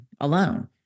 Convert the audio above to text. alone